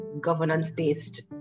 governance-based